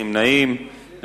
קריאה הראשונה.